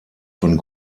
von